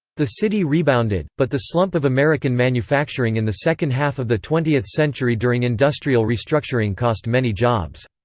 the city rebounded, but the slump of american manufacturing in the second half of the twentieth century during industrial restructuring cost many jobs.